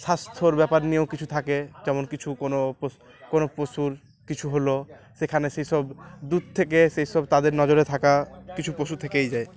স্বাস্থ্যর ব্যাপার নিয়েও কিছু থাকে যেমন কিছু কোনো কোনো পশুর কিছু হলো সেখানে সেইসব দুর থেকে সেই সব তাদের নজরে থাকা কিছু পশু থেকেই যায়